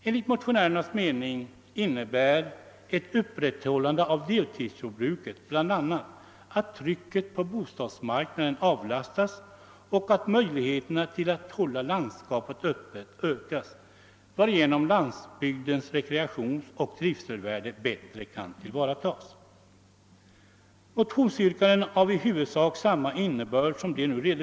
Enligt motionärernas mening innebär ett upprätthållande av deltidsjordbruket bl.a. att trycket på bostadsmarknaden avlastas och att möjligheterna att hålla landskapet öppet ökas, varigenom landsbygdens rekreationsoch trivselvärde bättre kan tillvaratas.